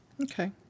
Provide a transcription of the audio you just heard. Okay